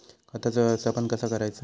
खताचा व्यवस्थापन कसा करायचा?